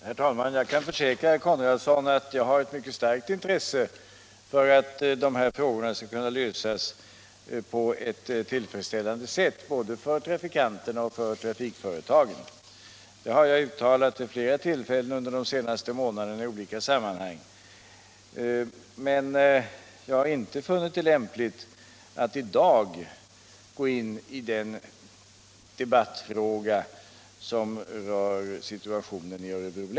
Herr talman! Jag kan försäkra herr Konradsson att jag har ett mycket starkt intresse för att dessa frågor skall kunna lösas på ett tillfredsställande sätt både för trafikanterna och för trafikföretagen. Det har jag uttalat vid flera tillfällen under de senaste månaderna i olika sammanhang. Men jag har inte funnit det lämpligt att i dag gå in i den debattfråga som rör situationen i Örebro län.